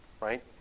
right